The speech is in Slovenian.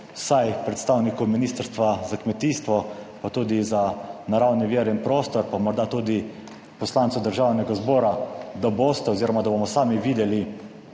vsaj predstavnikov Ministrstva za kmetijstvo, pa tudi za naravne vire in prostor, pa morda tudi poslancev Državnega zbora, da boste oziroma da bomo sami videli,